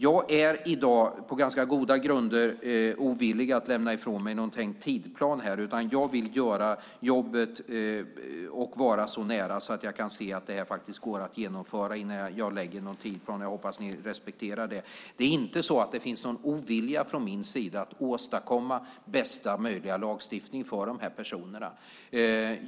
Jag är i dag på ganska goda grunder ovillig att lämna ifrån mig någon tänkt tidsplan. Jag vill göra jobbet och vara så nära att jag ser att detta går att genomföra innan jag lägger fram någon tidsplan. Jag hoppas att ni respekterar det. Det finns inte någon ovilja från min sida att åstadkomma bästa möjliga lagstiftning för de här personerna.